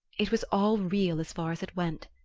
it was all real as far as it went.